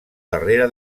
darrere